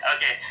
Okay